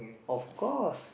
of course